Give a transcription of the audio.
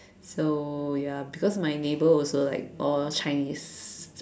so ya cause my neighbour also like all Chinese